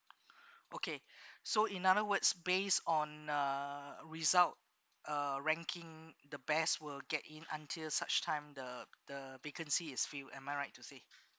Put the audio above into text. okay so in other words base on uh result uh ranking the best will get in until such time the the vacancy is fill am I right to say